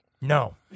No